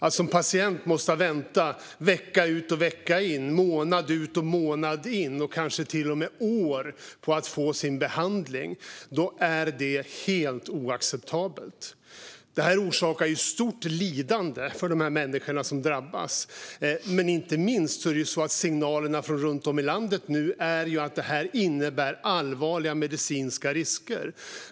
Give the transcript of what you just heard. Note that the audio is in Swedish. Att som patient måsta vänta vecka ut och vecka in, månad ut och månad in och kanske till och med år på att få sin behandling är helt oacceptabelt. Det här orsakar stort lidande för de människor som drabbas, men inte minst signalerar man runt om i landet att det här innebär allvarliga medicinska risker.